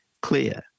clear